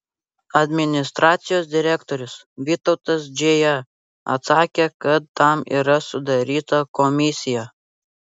administracijos direktorius vytautas džėja atsakė kad tam yra sudaryta komisija